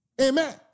amen